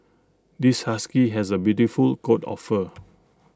this husky has A beautiful coat of fur